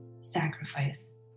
sacrifice